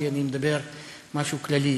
כי אני מדבר משהו כללי,